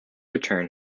return